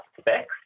specs